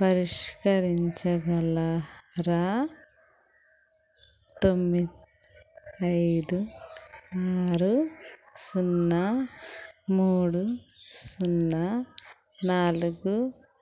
పరిష్కరించగలరా తొమ్మిది ఐదు ఆరు సున్నా మూడు సున్నా నాలుగు